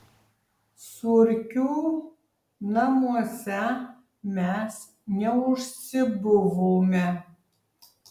surkių namuose mes neužsibuvome